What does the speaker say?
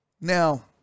now